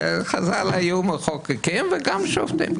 חז"ל היו מחוקקים וגם שופטים,